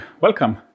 Welcome